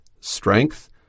strength